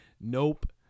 Nope